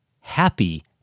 happy